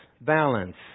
balance